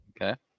okay